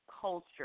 culture